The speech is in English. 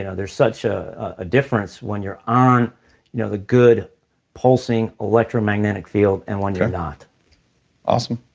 and there's such a difference when you're on you know the good pulsing electromagnetic field and when you're not awesome.